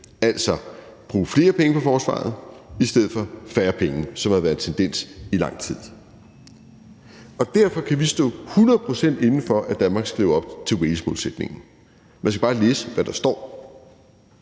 altså bruge flere penge på forsvaret i stedet for færre penge, som havde været en tendens i lang tid. Derfor kan vi stå hundrede procent inde for, at Danmark skal leve op til Walesmålsætningen; man skal bare læse, hvad der står.